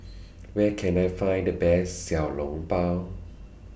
Where Can I Find The Best Xiao Long Bao